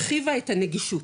הרחיבה את הנגישות,